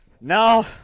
no